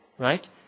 Right